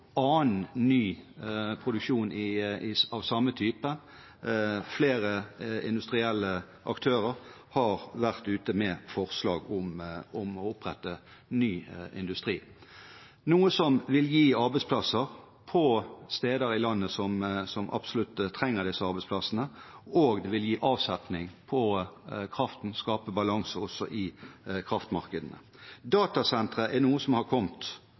annen ny produksjon av samme type. Flere industrielle aktører har vært ute med forslag om å opprette ny industri, noe som vil gi arbeidsplasser på steder i landet som absolutt trenger disse arbeidsplassene, og vil gi avsetning på kraften og skape balanse også i kraftmarkedene. Datasentre er noe som har kommet